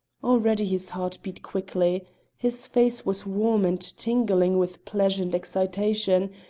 already his heart beat quickly his face was warm and tingling with pleasant excitation,